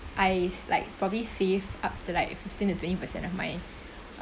I like probably save up to like fifteen to twenty percent of my